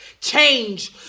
Change